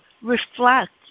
reflect